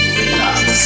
Relax